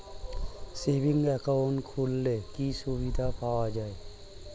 Savings account খুললে কি সুবিধা পাওয়া যায়?